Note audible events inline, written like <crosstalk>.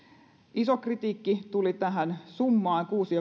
iso kritiikki tuli tähän summaan kuusi <unintelligible>